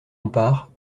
bompard